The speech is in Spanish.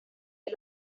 del